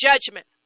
Judgment